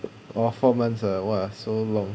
orh four months ah !wah! so long